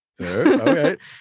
Okay